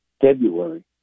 February